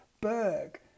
Berg